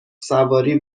سواری